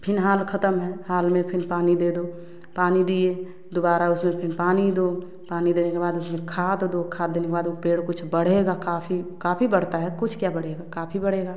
फिलहाल खत्म हैं हाल में फिर पानी दे दो पानी दिए दोबारा उसमें फिर पानी दो पानी देने के बाद उसमें खाद दो खाद देने के बाद पेड़ कुछ बढ़ेगा काफ़ी काफ़ी बढ़ता हैं कुछ क्या बढ़ेगा काफ़ी बढ़ेगा